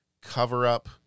cover-up